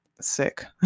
sick